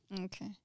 Okay